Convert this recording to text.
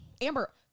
Amber